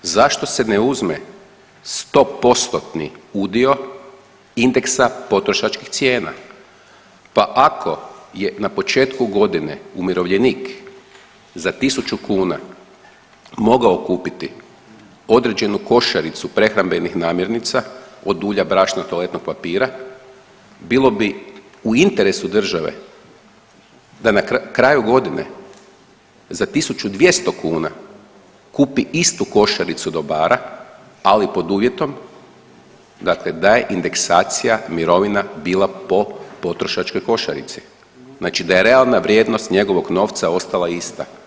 Zašto se ne uzme 100%-tni udio indeksa potrošačkih cijena pa ako je na početku godine umirovljenih za 1000 kuna mogao kupiti određenu košaricu prehrambenih namirnica, od ulja, brašna, toaletnog papira, bilo bi u interesu države da na kraju godine za 1200 kuna kupi istu košaricu dobara, ali pod uvjetom dakle da je indeksacija mirovina bila po potrošačkoj košarici, znači da je realna vrijednost njegovog novca ostala ista.